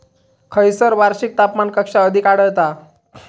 खैयसर वार्षिक तापमान कक्षा अधिक आढळता?